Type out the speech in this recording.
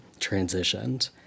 transitioned